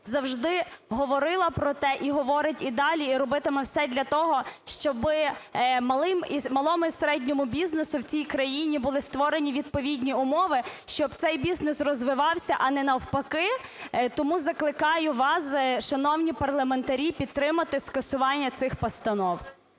завжди говорила про те, і говорить і далі, і робитиме все для того, щоби малому і середньому бізнесу в цій країні були створені відповідні умови, щоб цей бізнес розвився, а не навпаки. Тому закликаю вас, шановні парламентарі, підтримати скасування цих постанов.